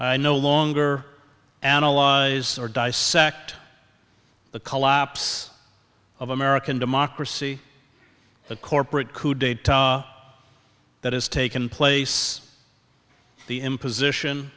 i no longer analyze or dissect the collapse of american democracy the corporate coup d'etat that has taken place the imposition